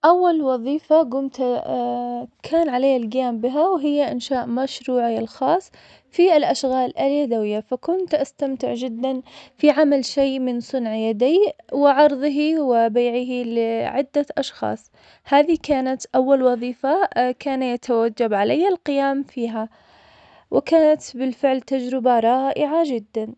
أول وظيفة كنت كان علي القيام بها, وهي إنشاء مشروعي الخاص في الأشغال اليدوية, فكنت أستمتع جداً في عمل شي من صنع يدي, وعرضه وبيعه لعدة أشخاص, هذي كانت أول وظيفة كان يتوجب علي القيام فيها, وكانت بالفعل تجربة رائعة جداً.